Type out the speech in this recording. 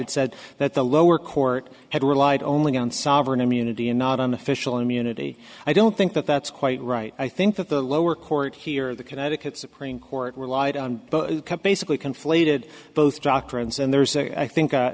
said that the lower court had relied only on sovereign immunity and not on official immunity i don't think that that's quite right i think that the lower court here the connecticut supreme court relied on basically conflated both doctrines and there's a i think